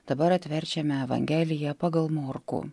dabar atverčiame evangelija pagal morkų